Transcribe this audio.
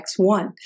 X1